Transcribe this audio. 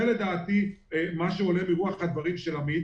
זה לדעתי מה שעולה מרוח הדברים של עמית.